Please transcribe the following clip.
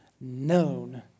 known